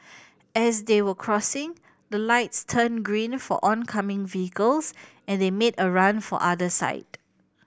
as they were crossing the lights turned green for oncoming vehicles and they made a run for other side